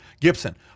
Gibson